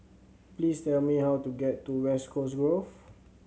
please tell me how to get to West Coast Grove